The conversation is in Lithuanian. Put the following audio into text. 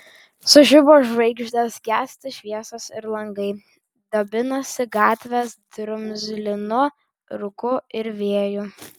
sužibo žvaigždės gęsta šviesos ir langai dabinasi gatvės drumzlinu rūku ir vėju